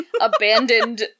abandoned